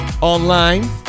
online